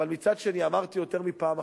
אבל מצד שני, אמרתי יותר מפעם אחת,